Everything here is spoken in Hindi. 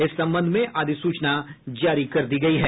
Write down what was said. इस संबंध में अधिसूचना जारी कर दी गयी है